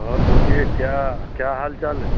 और बोलिए क्या क्या हाल चाल हैं